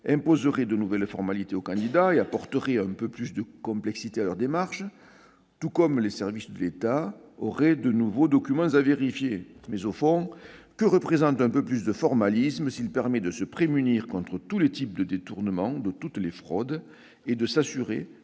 imposerait deux nouvelles formalités aux candidats et rendrait leur démarche un peu plus complexe. De même, les services de l'État auraient de nouveaux documents à vérifier. Mais, au fond, que représente un peu plus de formalisme s'il permet de se prémunir contre tous les types de détournement, toutes les fraudes et de s'assurer